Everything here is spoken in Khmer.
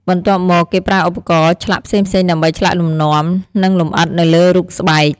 បន្ទាប់មក គេប្រើឧបករណ៍ឆ្លាក់ផ្សេងៗដើម្បីឆ្លាក់លំនាំ និងលម្អិតនៅលើរូបស្បែក។